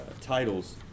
titles